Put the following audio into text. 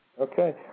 Okay